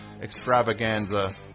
extravaganza